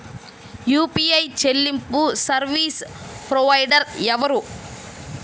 UPI చెల్లింపు service provider ఎవరు?